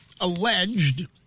alleged